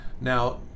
now